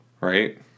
Right